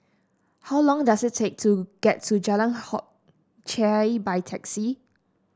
how long does it take to get to Jalan Hock Chye by taxi